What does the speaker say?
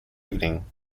evening